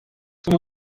como